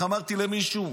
איך אמרתי למישהו: